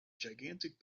gigantic